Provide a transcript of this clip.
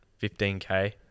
15k